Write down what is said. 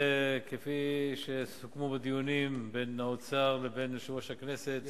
כפי שסוכם בדיונים בין האוצר לבין יושב-ראש הכנסת,